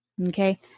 okay